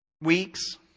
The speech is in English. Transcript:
Weeks